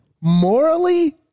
morally